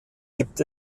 gibt